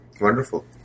Wonderful